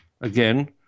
again